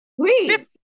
please